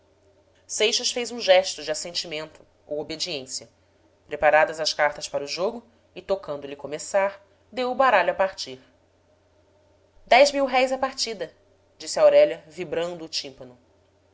seixas fez um gesto de assentimento ou obediência preparadas as cartas para o jogo e tocando lhe começar deu o baralho a partir dez mil-réis a partida disse aurélia vibrando o tím pano